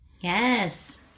Yes